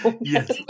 Yes